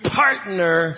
partner